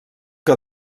que